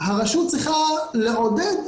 לטעמי הרשות צריכה לעודד